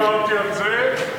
לא דיברתי על זה,